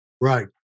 Right